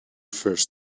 first